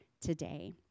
today